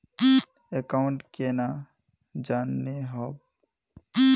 Account केना जाननेहव?